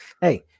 hey